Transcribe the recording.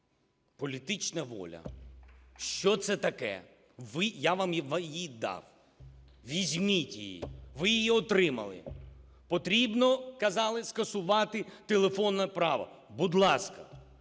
Політична воля. Що це таке? Я вам її дав. Візьміть її, ви її отримали. Потрібно, казали, скасувати телефонне право. Будь ласка,